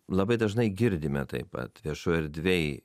labai dažnai girdime taip pat viešoj erdvėj